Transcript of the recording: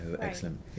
excellent